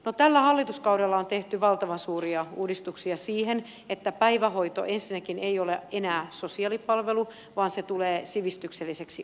no tällä hallituskaudella on tehty valtavan suuria uudistuksia siinä että päivähoito ensinnäkään ei ole enää sosiaalipalvelu vaan se tulee sivistykselliseksi oikeudeksi